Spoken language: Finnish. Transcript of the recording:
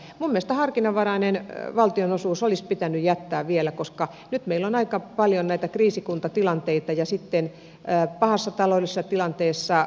minun mielestäni harkinnanvarainen valtionosuus olisi pitänyt jättää vielä koska nyt meillä on aika paljon näitä kriisikuntatilanteita ja sitten pahassa taloudellisessa tilanteessa olevia kuntia